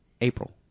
April